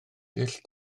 dull